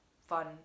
fun